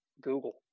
google